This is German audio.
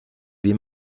wie